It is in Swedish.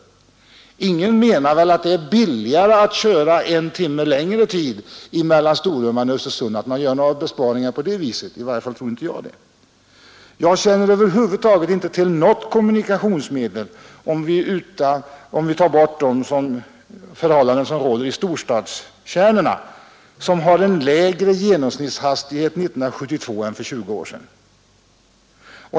Ingen menar väl att det är billigare att köra 1 timme längre tid mellan Storuman och Östersund så att man kan göra några besparingar på det viset — i varje fall tror inte jag det. Jag känner över huvud taget inte till något kommunikationsmedel, om vi bortser från de förhållanden som råder i storstadskärnorna, som har en lägre genomsnittshastighet 1972 än för 20 år sedan.